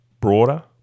broader